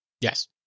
Yes